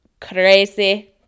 crazy